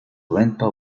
grandpa